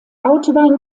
autobahn